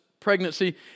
Pregnancy